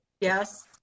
Yes